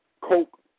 Coke